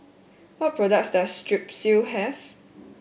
what products does Strepsil have